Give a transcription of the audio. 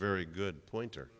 very good pointer